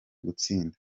gutsinda